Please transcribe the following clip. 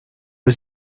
was